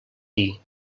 dir